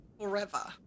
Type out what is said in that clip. forever